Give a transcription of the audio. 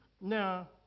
Now